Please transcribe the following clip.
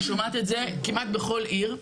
אני שומעת את זה כמעט בכל עיר,